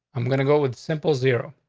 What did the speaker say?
i'm going to go with simple zero.